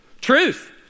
truth